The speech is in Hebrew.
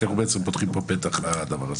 כי אנחנו בעצם פותחים פה פתח עם הדבר הזה.